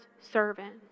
servant